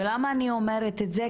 ולמה אני אומרת את זה?